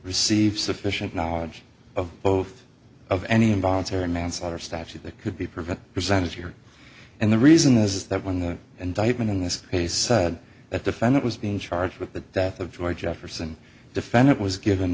received sufficient knowledge of both of any involuntary manslaughter statute that could be prevented presented here and the reason is that when the indictment in this case said that defendant was being charged with the death of george jefferson defendant was given